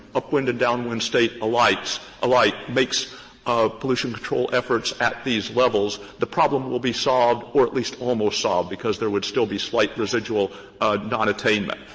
upwind and downwind states alike alike makes ah pollution control efforts at these levels, the problem will be solved or at least almost solved, because there would still be slight residual nonattainment.